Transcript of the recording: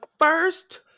first